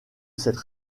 cette